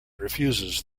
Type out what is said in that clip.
refuses